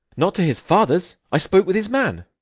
not to his father's i spoke with his man.